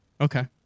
okay